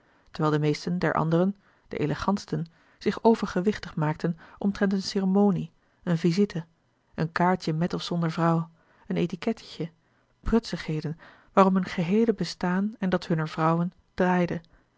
terwijl de meesten der anderen de elegantsten zich overgewichtig maakten omtrent een ceremonie een visite een kaartje met of zonder vouw een etiquettetje prutsigheden waarom hun gehee le bestaan en dat hunner vrouwen